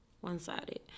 one-sided